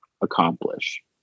accomplish